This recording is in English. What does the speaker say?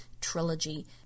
trilogy